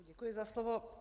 Děkuji za slovo.